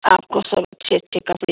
आपको सब अच्छे अच्छे कपड़े